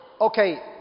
Okay